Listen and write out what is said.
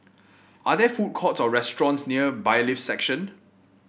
are there food courts or restaurants near Bailiffs' Section